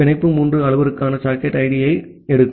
பிணைப்பு மூன்று அளவுருக்கள் சாக்கெட் ஐடியை எடுக்கும்